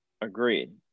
Agreed